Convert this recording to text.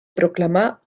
proclamar